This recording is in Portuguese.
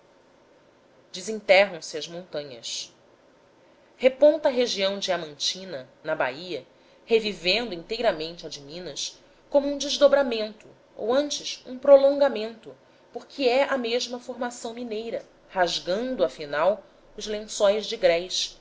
as formações antigas desenterram se as montanhas reponta a região diamantina na bahia revivendo inteiramente a de minas como um desdobramento ou antes um prolongamento porque é a mesma formação mineira rasgando afinal os lençóis de grés